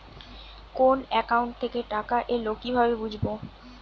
কোন একাউন্ট থেকে টাকা এল কিভাবে বুঝব?